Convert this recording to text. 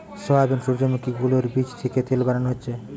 soybean, সূর্যোমুখী গুলোর বীচ থিকে তেল বানানো হচ্ছে